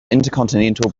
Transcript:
intercontinental